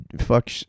fuck